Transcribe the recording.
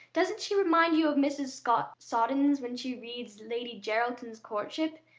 doesn't she remind you of mrs. scott-siddons when she reads lady geraldine's courtship?